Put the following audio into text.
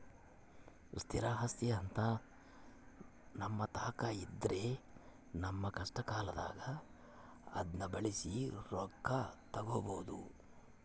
ಸ್ಥಿರ ಆಸ್ತಿಅಂತ ನಮ್ಮತಾಕ ಇದ್ರ ನಮ್ಮ ಕಷ್ಟಕಾಲದಾಗ ಅದ್ನ ಬಳಸಿ ರೊಕ್ಕ ತಗಬೋದು